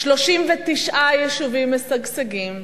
39 יישובים משגשגים,